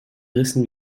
rissen